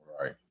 Right